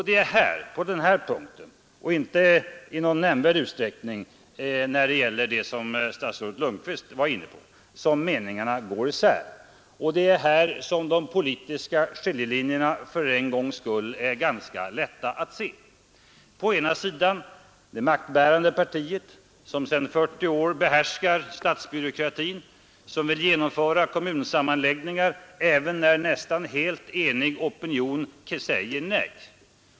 Det är här — och inte i någon nämnvärd utsträckning när det gäller det som statsrådet Lundkvist varit inne på — som meningarna går isär. Och här är de politiska skiljelinjerna för en gångs skull ganska lätta att se. På ena sidan finns det maktbärande partiet, som sedan 40 år behärskar byråkratin och som vill genomföra kommunsammanläggningar även när en nästan helt enig opinion säger nej.